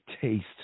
taste